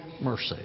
mercy